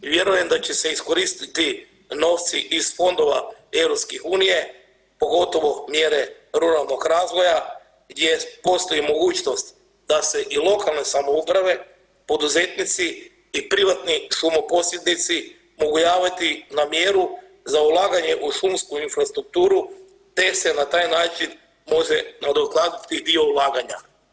Vjerujem da će se iskoristiti novci iz fondova EU pogotovo mjere ruralnog razvoja gdje postoji mogućnost da se i lokalne samouprave, poduzetnici i privatni šumoposjednici mogu javiti na mjeru za ulaganje u šumsku infrastrukturu te im se na taj način može nadoknaditi dio ulaganja.